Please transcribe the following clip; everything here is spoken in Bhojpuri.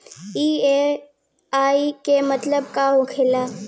ई.एम.आई के मतलब का होला?